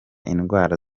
indwara